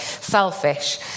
selfish